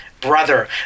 brother